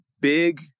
big